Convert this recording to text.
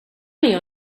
med